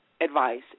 advice